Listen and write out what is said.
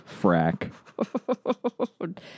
frack